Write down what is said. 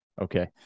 Okay